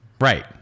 Right